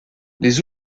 les